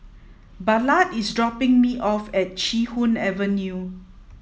Ballard is dropping me off at Chee Hoon Avenue